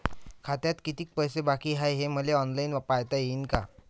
खात्यात कितीक पैसे बाकी हाय हे मले ऑनलाईन पायता येईन का?